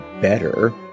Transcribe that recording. better